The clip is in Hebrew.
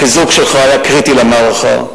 החיזוק שלך היה קריטי למערכה.